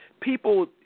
people